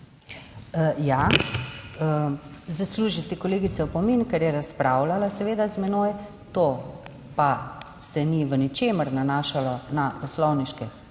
Ja. Zasluži si kolegica opomin, ker je razpravljala seveda z menoj. To pa se ni v ničemer nanašalo na poslovniške